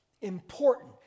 important